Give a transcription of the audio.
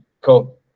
Cool